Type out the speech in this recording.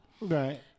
right